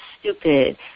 stupid